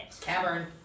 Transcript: Cavern